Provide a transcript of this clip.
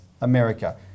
America